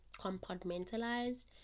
compartmentalized